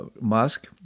Musk